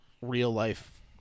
real-life